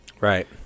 Right